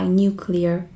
nuclear